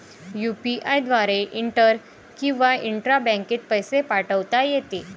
UPI द्वारे inter किंवा intra बँकेत पैसे पाठवता येते